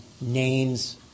names